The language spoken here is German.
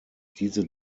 diese